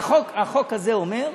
החוק הזה אומר: